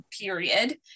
period